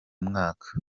mwaka